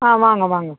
ஆ வாங்க வாங்க